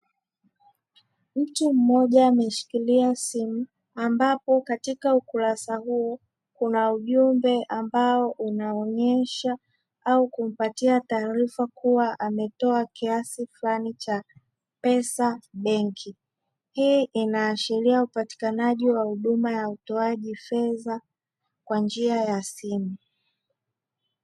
Mtu mmoja ameshikilia simu ambapo katika ukurasa huu, kuna ujumbe ambao unaonyesha au kumpatia taarifa kuwa ametoa kiasi fulani cha pesa benki. Hii inaashiria upatikanaji wa huduma ya utoaji fedha kwa njia ya simu.